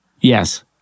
Yes